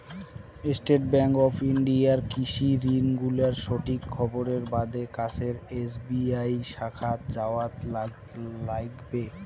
state bank of ইন্ডিয়ার কৃষি ঋণ গুলার সঠিক খবরের বাদে কাছের এস.বি.আই শাখাত যাওয়াৎ লাইগবে